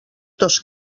dos